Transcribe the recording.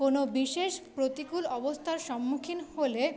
কোনো বিশেষ প্রতিকূল অবস্থার সম্মুখীন হলে